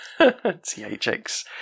THX